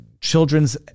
Children's